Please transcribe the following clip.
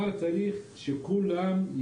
אבל צריך שיפור.